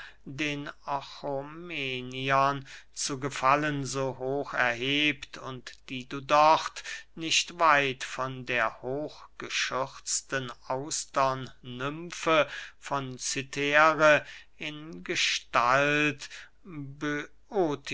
den orchomeniern zu gefallen so hoch erhebt und die du dort nicht weit von der hochgeschürzten austernymfe von cythere in gestalt